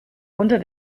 unter